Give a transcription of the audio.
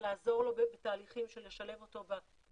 ולעזור לו בתהליכים של לשלב אותו בעולם,